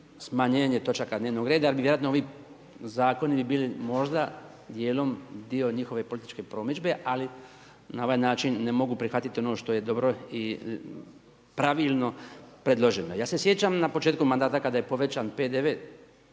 smanjenje točaka dnevnog reda jer bi vjerojatno ovi zakoni bi bili možda dijelom dio njihove političke promidžbe, ali na ovaj način ne mogu prihvatiti ono što je dobro i pravilno predloženo. Ja se sjećam na početku mandata, kada je povećan PDV